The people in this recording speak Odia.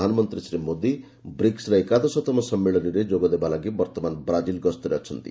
ପ୍ରଧାନମନ୍ତ୍ରୀ ଶ୍ରୀ ମୋଦି ବ୍ରିକ୍ସର ଏକାଦଶତମ ସମ୍ମିଳନୀରେ ଯୋଗଦେବା ଲାଗି ବର୍ତ୍ତମାନ ବ୍ରାଜିଲ ଗସ୍ତରେ ଅଛନ୍ତି